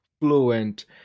fluent